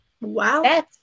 Wow